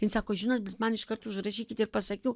jin sako žinot man iškart užrašykit ir pas akių